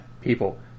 people